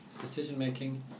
decision-making